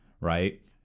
right